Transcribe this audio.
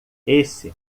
esse